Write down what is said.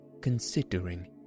considering